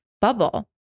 bubble